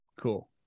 Cool